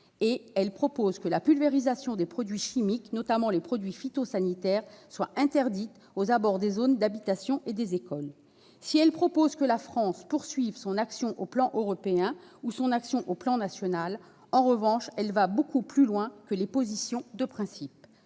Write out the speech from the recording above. tend à interdire la pulvérisation de produits chimiques, notamment les produits phytosanitaires, aux abords des zones d'habitation et des écoles. Si elle prévoit que la France poursuive son action sur le plan européen ou sur le plan national, en revanche, elle va beaucoup plus loin que des positions de principes.